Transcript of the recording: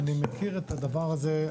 אני מכיר את הדבר הזה,